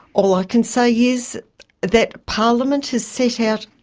all i can say is that parliament has set out,